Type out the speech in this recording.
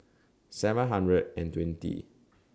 seven hundred and twenty